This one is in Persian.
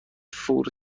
فور